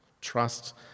trust